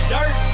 Dirt